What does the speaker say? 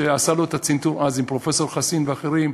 שעשה לו את הצנתור אז עם פרופסור חסין ואחרים,